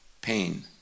pain